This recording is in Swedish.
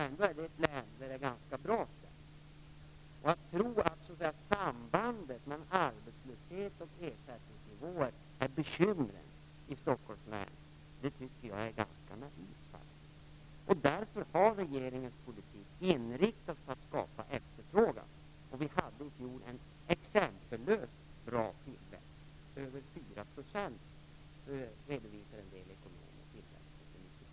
Ändå är det ganska bra ställt i det länet. Att tro att det är sambandet mellan arbetslöshet och ersättningsnivåer som är bekymret i Stockholms län, det tycker jag faktiskt är ganska naivt. Därför har regeringens politik inriktats på att skapa efterfrågan. Vi hade i fjol en exempellöst bra tillväxt. En del ekonomer redovisade en tillväxt på över